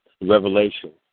Revelation